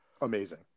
Amazing